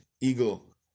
eagle